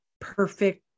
perfect